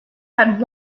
had